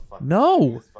no